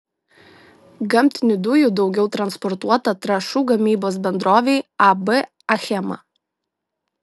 gamtinių dujų daugiau transportuota trąšų gamybos bendrovei ab achema